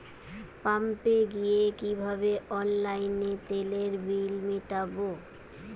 পাম্পে গিয়ে কিভাবে অনলাইনে তেলের বিল মিটাব?